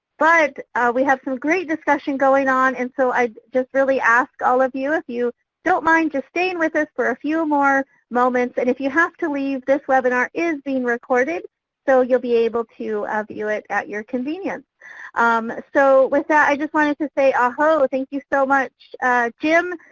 but we have some great discussion going on and so i just really ask all of you if you don't mind just staying with us for a few more moments. and if you have to leave, this webinar is being recorded so you'll be able to view it at your convenience um so with that i just wanted to say ah hoh. thank you so much jim.